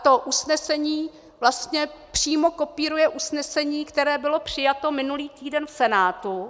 To usnesení přímo kopíruje usnesení, které bylo přijato minulý týden v Senátu.